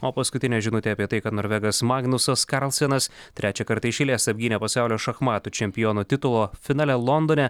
o paskutinė žinutė apie tai kad norvegas magnusas karlsenas trečią kartą iš eilės apgynė pasaulio šachmatų čempiono titulo finale londone